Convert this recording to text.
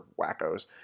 wackos